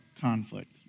conflict